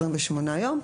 28 יום,